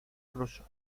ruso